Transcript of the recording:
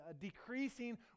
decreasing